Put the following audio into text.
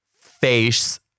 face